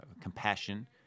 compassion